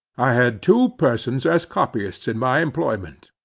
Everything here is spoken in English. i had two persons as copyists in my employment,